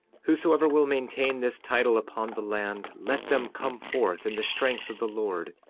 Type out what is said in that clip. whosoever will maintain this title upon the land, let them come forth in the strength of the lord,